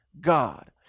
God